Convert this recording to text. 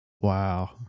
Wow